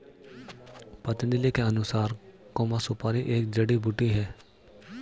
पतंजलि के अनुसार, सुपारी एक जड़ी बूटी है